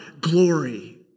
glory